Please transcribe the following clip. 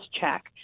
check